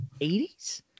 80s